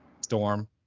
storm